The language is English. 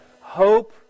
Hope